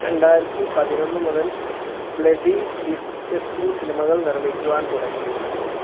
രണ്ടായിരത്തി പതിനൊന്ന് മുതൽ ബ്ലഡി ഡിസ്ഗസ്റ്റിംഗ് സിനിമകൾ നിർമ്മിക്കുവാൻ തുടങ്ങി